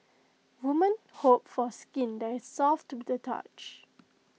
women hope for skin that is soft to the touch